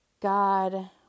God